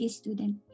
student